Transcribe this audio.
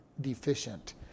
deficient